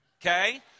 Okay